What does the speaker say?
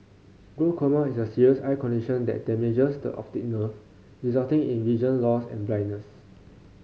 glaucoma is a serious eye condition that damages the optic nerve resulting in vision loss and blindness